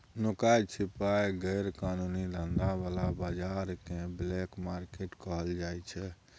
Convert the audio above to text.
नुकाए छिपाए गैर कानूनी धंधा बला बजार केँ ब्लैक मार्केट कहल जाइ छै